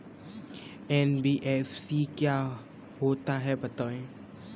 NBFC क्या होता है बताएँ?